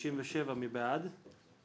אין ההסתייגות (62) של סיעת המחנה הציוני לסעיף